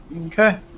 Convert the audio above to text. Okay